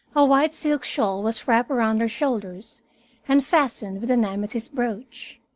a white silk shawl was wrapped around her shoulders and fastened with an amethyst brooch.